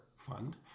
fund